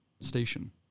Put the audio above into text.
station